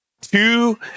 two